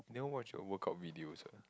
you never watch your workour videos ah